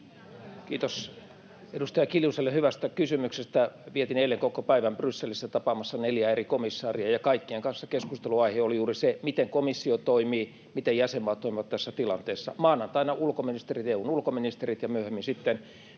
Kiitos edustaja Kiljuselle hyvästä kysymyksestä. Vietin eilen koko päivän Brysselissä tapaamassa neljää eri komissaaria, ja kaikkien kanssa keskustelun aihe oli juuri se, miten komissio toimii, miten jäsenmaat toimivat tässä tilanteessa. Maanantaina ulkoministerit, EU:n ulkoministerit, ja myöhemmin sitten